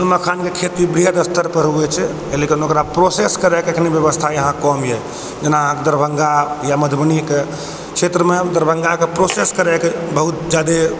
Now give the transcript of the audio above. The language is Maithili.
मखानके खेती बृहत स्तर पर होइ छै लेकिन ओकरा प्रोसेस करै के एखन ब्यबस्था इहाँ कम यऽ जेना अहाँके दरभङ्गा या मधुबनी के क्षेत्र मे दरभङ्गा के प्रोसेस करै के बहुत जादे